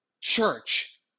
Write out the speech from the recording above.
church